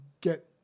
get